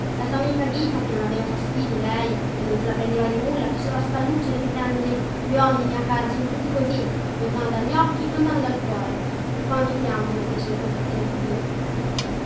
la sua amica ghita che non aveva fastidi lei e non se la prendeva di nulla faceva spallucce ripetendole gli uomini mia cara son tutti così lontano dagli occhi lontano dal cuore quanto piangere fece in quel fazzolettino